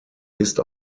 ist